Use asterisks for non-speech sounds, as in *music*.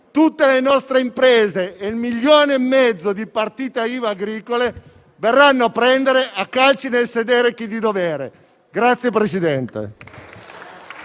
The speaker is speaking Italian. tutte le nostre imprese e il milione e mezzo di partite IVA agricole verranno a prendere a calci nel sedere chi di dovere. *applause*